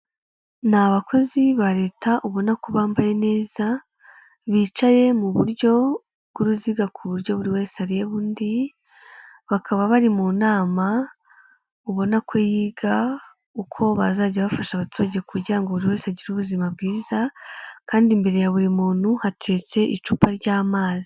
Ni abakozi ba reta ubona ko bambaye neza, bicaye mu buryo bw'uruziga ku buryo buri wese areba undi, bakaba bari mu nama ubona ko yiga uko bazajya bafasha abaturage kugira ngo buri wese agire ubuzima bwiza, kandi imbere ya buri muntu hateretse icupa ry'amazi.